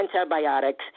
antibiotics